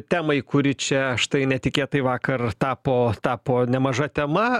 temai kuri čia štai netikėtai vakar tapo tapo nemaža tema